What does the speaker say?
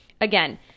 again